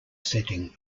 setting